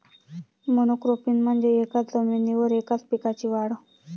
monocropping म्हणजे एकाच जमिनीवर एकाच पिकाची वाढ